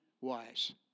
wise